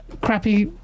crappy